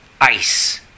Ice